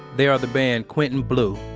they are the band quentin blue.